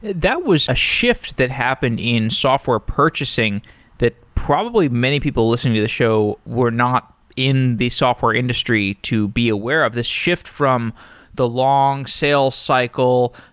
that was a shift that happened in software purchasing that probably many people listening to the show were not in the software industry to be aware of. this shift from the long sales cycle,